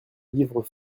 livre